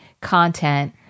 content